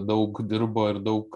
daug dirbo ir daug